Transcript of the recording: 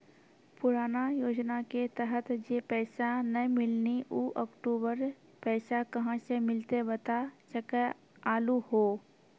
पुराना योजना के तहत जे पैसा नै मिलनी ऊ अक्टूबर पैसा कहां से मिलते बता सके आलू हो?